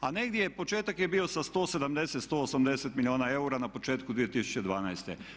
A negdje je početak je bio sa 170, 180 milijuna eura na početku 2012.